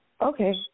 Okay